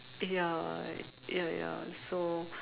ya ya ya so